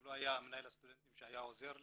אם לא היה מינהל הסטודנטים שהיה עוזר לי,